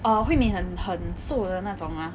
err hui min 很很瘦的那种 mah